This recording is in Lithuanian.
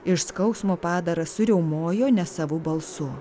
iš skausmo padaras suriaumojo nesavu balsu